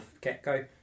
get-go